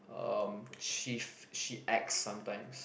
um she f~ she acts sometimes